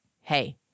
hey